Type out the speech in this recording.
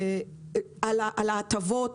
על ההטבות,